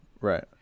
Right